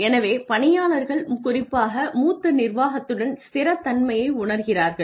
எனவே பணியாளர்கள் குறிப்பாக மூத்த நிர்வாகத்துடன் ஸ்திரத்தன்மையை உணர்கிறார்கள்